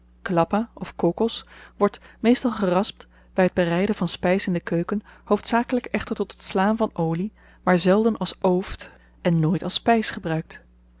klappa kelappa of kokos wordt meestal geraspt by t bereiden van spys in de keuken hoofdzakelyk echter tot het slaan van olie maar zelden als ooft en nooit als spys gebruikt